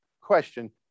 question